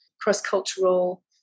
cross-cultural